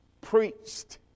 preached